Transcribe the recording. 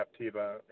Captiva